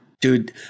Dude